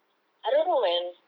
I don't know man